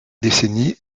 décennie